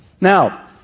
Now